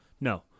No